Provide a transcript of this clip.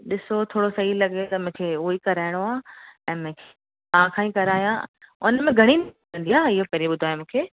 ॾिसो थोरो सही लॻे त मूंखे उहेई कराइणो आहे ऐं मूंखे तव्हां खां ई करायां उनमें घणी लॻंदी आहे इहो पहरियों ॿुधायो मूंखे